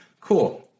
Cool